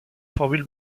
formule